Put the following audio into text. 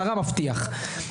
לזלזל באף אחד,